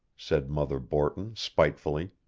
said mother borton spitefully.